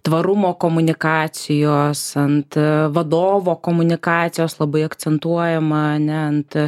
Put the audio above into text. tvarumo komunikacijos ant vadovo komunikacijos labai akcentuojama ane ant